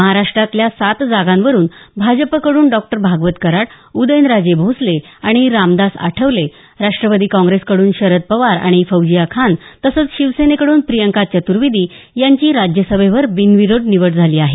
महाराष्ट्रातल्या सात जागांवरून भाजपकडून डॉ भागवत कराड उदयनराजे भोसले आणि रामदास आठवले राष्ट्रवादी काँग्रेसकडून शरद पवार आणि फौजिया खान तर शिवसेनेकड्रन प्रियंका चतुर्वेदी यांची राज्यसभेवर बिनविरोध निवड झाली आहे